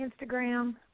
Instagram